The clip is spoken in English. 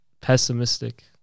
pessimistic